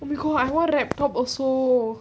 rico I want rag top also